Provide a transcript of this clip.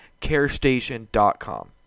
carestation.com